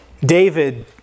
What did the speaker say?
David